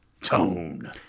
tone